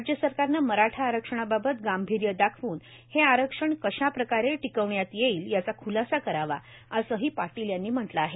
राज्य सरकारनं मराठा आरक्षणाबाबत गांभीर्य दाखवून हे आरक्षण कशा प्रकारे टिकवण्यात येईल याचा ख्लासा करावा असंही पाटील यांनी म्हटलं आहे